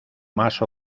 más